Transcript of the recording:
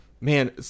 man